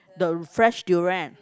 the fresh durian